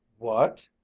what?